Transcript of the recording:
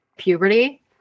puberty